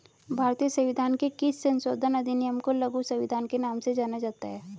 भारतीय संविधान के किस संशोधन अधिनियम को लघु संविधान के नाम से जाना जाता है?